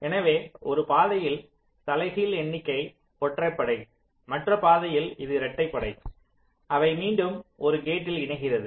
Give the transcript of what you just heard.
எனவே ஒரு பாதையில் தலைகீழ் எண்ணிக்கை ஒற்றைப்படை மற்ற பாதையில் அது இரடிட்டைபடை அவை மீண்டும் ஒரு கேட்டில் இணைகிறது